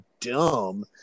dumb